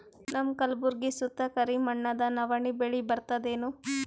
ನಮ್ಮ ಕಲ್ಬುರ್ಗಿ ಸುತ್ತ ಕರಿ ಮಣ್ಣದ ನವಣಿ ಬೇಳಿ ಬರ್ತದೇನು?